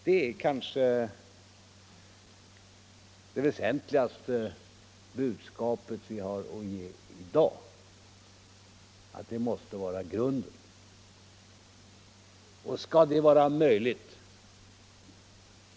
Det kanske väsentligaste budskap vi har att ge i dag är: detta måste vara grunden.